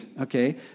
Okay